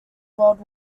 world